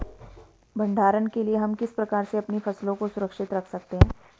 भंडारण के लिए हम किस प्रकार से अपनी फसलों को सुरक्षित रख सकते हैं?